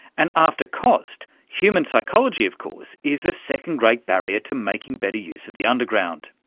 and, after cost, human psychology of course is the second great barrier to making better use of the underground.